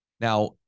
Now